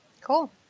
Cool